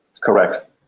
correct